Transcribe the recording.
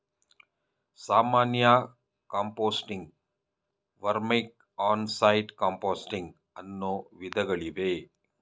ಸಾಮಾನ್ಯ ಕಾಂಪೋಸ್ಟಿಂಗ್, ವರ್ಮಿಕ್, on site composting ಅನ್ನೂ ವಿಧಗಳಿವೆ